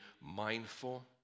mindful